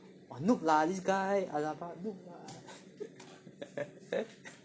but noob lah this guy !alamak! noob lah